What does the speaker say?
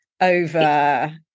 over